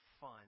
fun